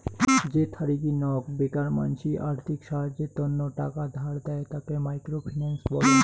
যে থারিগী নক বেকার মানসি আর্থিক সাহায্যের তন্ন টাকা ধার দেয়, তাকে মাইক্রো ফিন্যান্স বলং